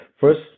First